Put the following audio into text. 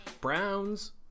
Browns